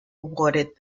awarded